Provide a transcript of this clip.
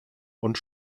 und